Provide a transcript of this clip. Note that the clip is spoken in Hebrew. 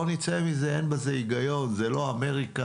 לא נצא מזה, אין בזה היגיון, זו לא אמריקה.